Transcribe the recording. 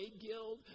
guild